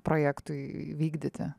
projektui vykdyti